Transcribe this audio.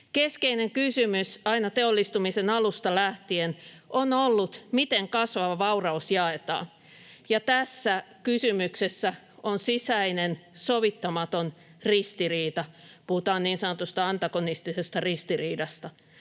Keskeinen kysymys aina teollistumisen alusta lähtien on ollut, miten kasvava vauraus jaetaan, ja tässä kysymyksessä on sisäinen sovittamaton ristiriita, puhutaan niin sanotusta antagonistisesta ristiriidasta: